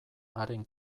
haren